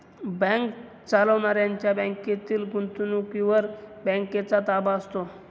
bank चालवणाऱ्यांच्या बँकेतील गुंतवणुकीवर बँकेचा ताबा असतो